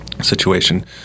situation